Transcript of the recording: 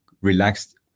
relaxed